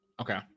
Okay